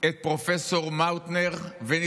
הוא יקשיב.